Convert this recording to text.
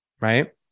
right